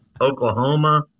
Oklahoma